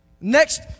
Next